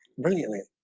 brilliantly